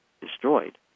destroyed